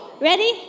Ready